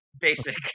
basic